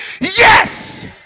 Yes